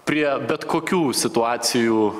prie bet kokių situacijų